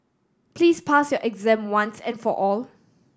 please pass your exam once and for all